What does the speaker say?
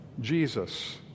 Jesus